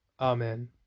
Amen